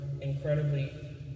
incredibly